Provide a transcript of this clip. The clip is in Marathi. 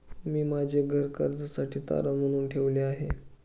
मी माझे घर कर्जासाठी तारण म्हणून ठेवले आहे